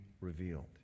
revealed